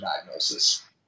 diagnosis